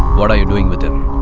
what are you doing with him?